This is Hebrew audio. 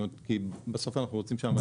כי בסוף אנחנו רוצים שהמענה